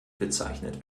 bezeichnet